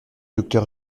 docteur